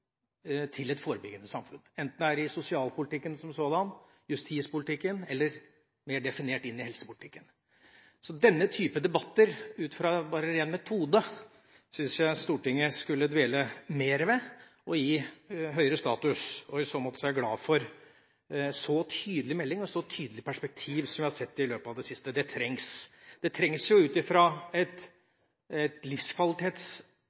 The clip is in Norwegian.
fra et reparasjonssamfunn til et forebyggende samfunn, enten det er i sosialpolitikken som sådan, justispolitikken eller mer definert inn i helsepolitikken. Denne typen debatter som ren metode syns jeg Stortinget skulle dvele mer ved og gi høyere status. I så måte er jeg glad for så tydelig melding og så tydelig perspektiv som jeg har sett i løpet av det siste. Det trengs. Det trengs ut ifra et